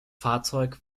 fahrzeug